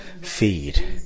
feed